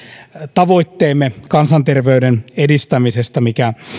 tavoitteemme kansanterveyden edistämisestä mikä